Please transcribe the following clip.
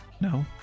No